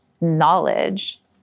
knowledge